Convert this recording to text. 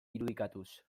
irudikatuz